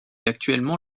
actuellement